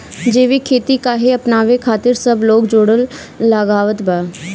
जैविक खेती काहे अपनावे खातिर सब लोग जोड़ लगावत बा?